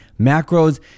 Macros